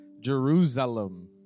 Jerusalem